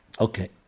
Okay